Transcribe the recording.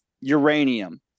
Uranium